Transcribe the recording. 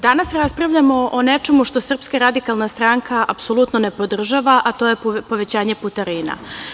Danas raspravljamo o nečemu što SRS apsolutno ne podržava, a to je povećanje putarina.